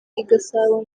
gasabo